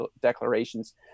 declarations